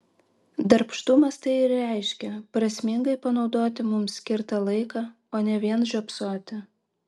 darbštumas tai ir reiškia prasmingai panaudoti mums skirtą laiką o ne vien žiopsoti